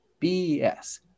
BS